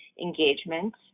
engagement